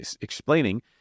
explaining